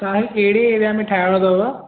तव्हां जे कहिड़े एरिया में ठाहिणो अथव